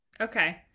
Okay